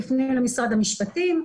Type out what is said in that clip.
תפני למשרד המשפטים.